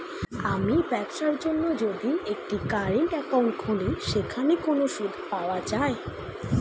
আমি ব্যবসার জন্য যদি একটি কারেন্ট একাউন্ট খুলি সেখানে কোনো সুদ পাওয়া যায়?